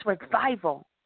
revival